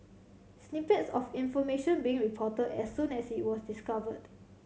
snippets of information being reported as soon as it was discovered